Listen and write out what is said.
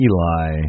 Eli